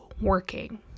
working